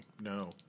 No